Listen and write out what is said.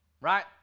right